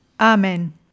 Amen